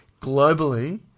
globally